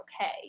okay